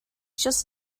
just